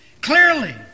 clearly